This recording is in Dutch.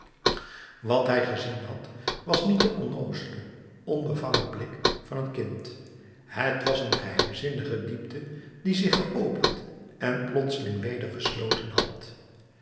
wat hij gezien had was niet de onnoozele onbevangen blik van een kind het was een geheimzinnige diepte die zich geopend en plotseling weder gesloten had